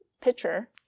picture